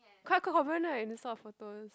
quite common right in this sort of photos